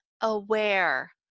aware